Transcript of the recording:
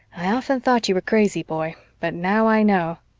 i often thought you were crazy, boy, but now i know.